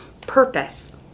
purpose